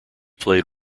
played